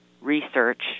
research